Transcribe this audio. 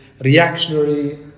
reactionary